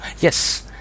Yes